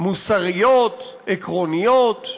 מוסריות עקרוניות.